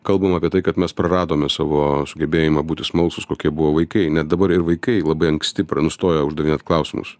kalbam apie tai kad mes praradome savo sugebėjimą būti smalsūs kokie buvo vaikai net dabar ir vaikai labai anksti pra nustoja uždavinėt klausimus